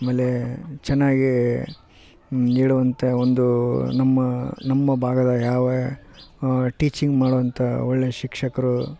ಆಮೇಲೆ ಚೆನ್ನಾಗಿ ನೀಡುವಂತೆ ಒಂದು ನಮ್ಮ ನಮ್ಮ ಭಾಗದ ಯಾವ ಟೀಚಿಂಗ್ ಮಾಡುವಂಥ ಒಳ್ಳೇ ಶಿಕ್ಷಕರು